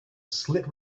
slit